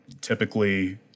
typically